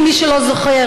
למי שלא זוכר,